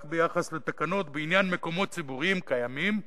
ביחס לתקנות בעניין מקומות ציבוריים קיימים,